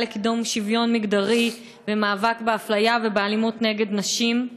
לקידום שוויון מגדרי ובמאבק באפליה ובאלימות נגד נשים.